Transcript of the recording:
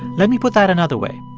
let me put that another way.